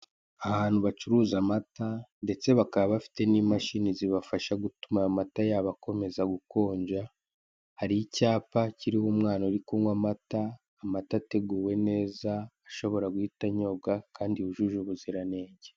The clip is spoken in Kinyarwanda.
Ahantu bacuruza amata ndetse bakaba bafite n'imashini zibafasha gutuma ayo mata yabo akomeza gukonja hari icyama kiriho umwana uri kunywa amata, amata ateguwe neza ashobora guhita anyobwa kandi yujuje ubuziranenge.